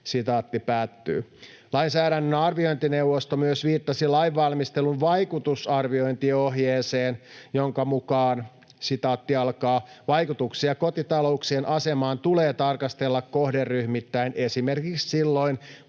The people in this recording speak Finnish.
Lainsäädännön arviointineuvosto myös viittasi lainvalmistelun vaikutusarviointiohjeeseen: ”Vaikutuksia kotitalouksien asemaan tulee tarkastella kohderyhmittäin esimerkiksi silloin,